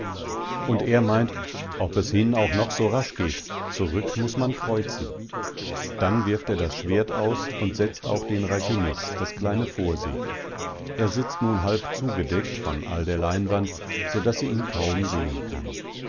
und er meint ob es hin auch noch so rasch geht zurück muß man kreuzen dann wirft er das schwert aus und setzt auch den raginnis das kleine vorsegel er sitzt nun halb zugedeckt von all der leinwand so daß sie ihn kaum sehen kann